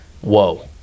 whoa